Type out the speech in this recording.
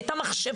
היא הייתה מכשפה.